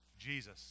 Jesus